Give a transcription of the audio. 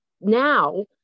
now